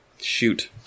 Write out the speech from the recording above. shoot